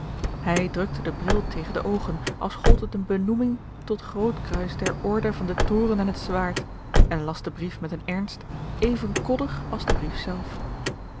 hij drukte den bril tegen de oogen als gold het eene benoeming tot grootkruis der orde van den toren en het zwaard en las den brief met een ernst even koddig als de brief zelf